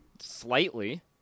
Slightly